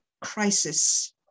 crisis